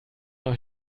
euch